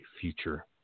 future